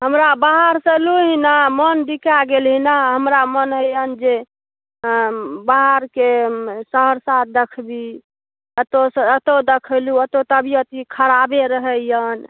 हमरा बाहरसँ लूहि ने मन बिकाए गेल एहिना हमरा मन हए ने जे बाहरके शहरसँ ऽ देखबी ओतौसँ ओतौ देखेलहुँ ओतौ तबियत यऽ खराबे रहैअनि